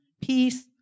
peace